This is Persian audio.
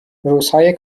روزهای